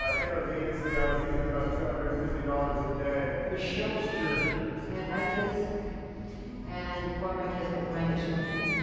ah intravenously, i was using about two hundred and fifty dollars a day. michelle's journey. i have five kids and four of my kids went through my addiction with me.